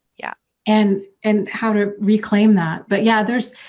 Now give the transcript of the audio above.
yeah and and how to reclaim that, but yeah there's.